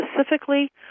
specifically